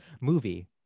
movie